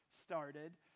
started